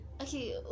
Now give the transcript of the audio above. Okay